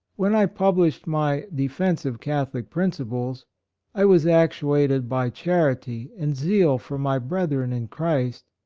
when i published my defence of catholic principles i was actu ated by charity and zeal for my brethren in christ,